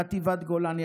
חטיבת גולני,